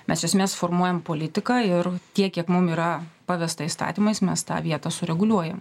mes iš esmės formuojame politiką ir tiek kiek mum yra pavesta įstatymais mes tą vietą sureguliuojam